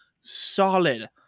solid